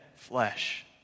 Flesh